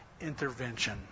intervention